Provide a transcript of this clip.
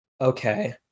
Okay